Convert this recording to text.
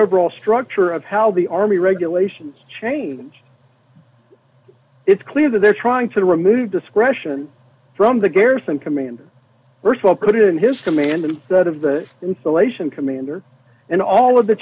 overall structure of how the army regulations change it's clear that they're trying to remove discretion from the garrison commander st will put it in his command of the installation commander and all of the